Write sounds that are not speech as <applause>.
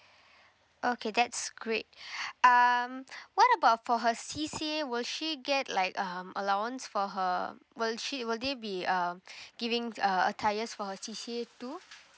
okay that's great <breath> um what about for her C_C_A will she get like um allowance for her will she will there be uh <breath> giving uh attires for her C_C_A too